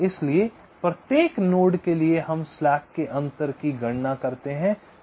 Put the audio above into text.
इसलिए प्रत्येक नोड के लिए हम स्लैक के अंतर की गणना करते हैं